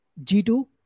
G2